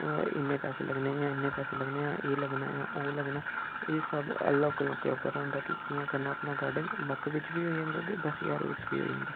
इन्ने पैसे लग्गने न जां इन्ने पैसे लग्गने न एह् लग्गना जां ओह लग्गना ऐ सब लोकें लोंके उप्पर होंदा कि कि'यां करना अपना गार्डन लक्ख बिच्च बी होई जंदा ते दस ज्हार बिच्च बी होई जंदा